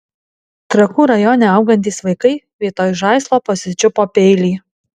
trakų rajone augantys vaikai vietoj žaislo pasičiupo peilį